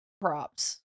props